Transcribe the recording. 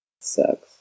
Sucks